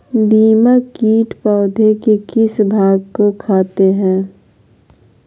दीमक किट पौधे के किस भाग को खाते हैं?